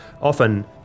often